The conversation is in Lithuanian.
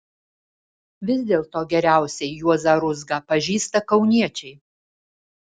vis dėlto geriausiai juozą ruzgą pažįsta kauniečiai